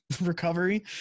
recovery